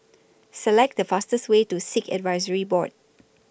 Select The fastest Way to Sikh Advisory Board